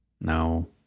no